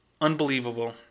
unbelievable